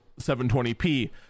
720p